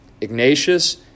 Ignatius